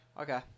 Okay